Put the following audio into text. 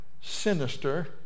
sinister